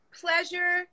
pleasure